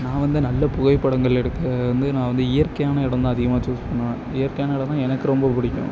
நான் வந்து நல்ல புகைப்படங்கள் எடுக்க வந்து நான் வந்து இயற்கையான இடம் தான் அதிகமாக சூஸ் பண்ணுவேன் இயற்கையான இடம் தான் எனக்கு ரொம்ப பிடிக்கும்